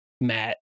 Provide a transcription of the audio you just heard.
matt